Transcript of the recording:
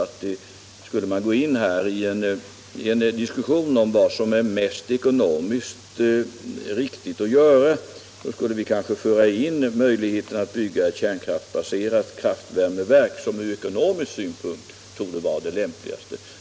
Skulle man gå in i en diskussion om vad som ekonomiskt sett är det riktigaste att göra skulle vi kanske föra in möjligheten att bygga ett kärnkraftbaserat kraftvärmeverk, vilket ur ekonomisk synpunkt torde vara det lämpligaste.